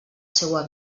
seua